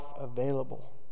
available